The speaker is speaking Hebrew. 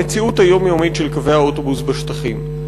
במציאות היומיומית של קווי האוטובוס בשטחים.